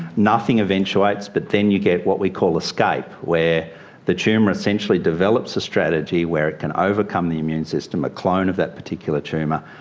nothing eventuates, but then you get what we call escape, where the tumour essentially develops a strategy where it can overcome the immune system, a clone of that particular tumour,